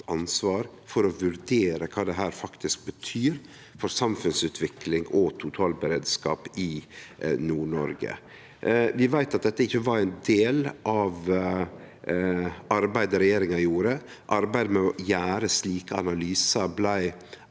ansvar for å vurdere kva dette faktisk betyr for samfunnsutvikling og totalberedskap i Nord-Noreg. Vi veit at dette ikkje var ein del av arbeidet regjeringa gjorde. Arbeidet med å gjere slike analysar blei